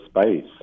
space